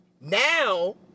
Now